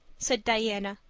said diana,